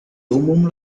umum